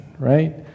Right